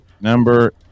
number